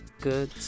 good